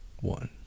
one